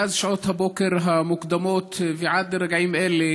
מאז שעות הבוקר המוקדמות ועד רגעים אלה